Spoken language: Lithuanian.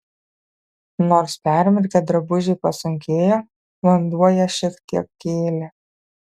nors permirkę drabužiai pasunkėjo vanduo ją šiek tiek kėlė